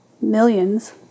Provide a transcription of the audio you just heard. millions